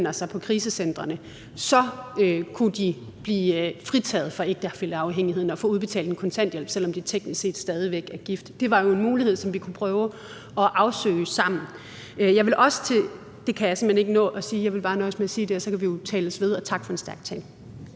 på krisecentrene, kunne blive fritaget fra ægtefælleafhængigheden og få udbetalt kontanthjælp, selv om de teknisk set stadig væk er gift. Det er jo en mulighed, som vi kunne prøve at afsøge sammen. Jeg kan simpelt hen ikke nå at sige mere. Så jeg vil nøjes med at sige det, og så kan vi jo tales ved. Tak for en stærk tale.